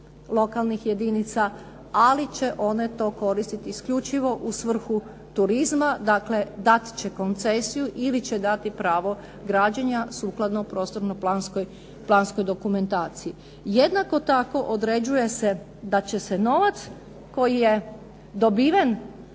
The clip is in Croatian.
lokalnih jedinica, ali će one to koristit isključivo u svrhu turizma, dakle dat će koncesiju ili će dati pravo građenja sukladno protorno-planskoj dokumentaciji. Jednako tako određuje se da će se novac koji je dobiven